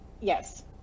yes